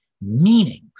meanings